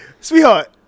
Sweetheart